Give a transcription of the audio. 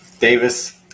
Davis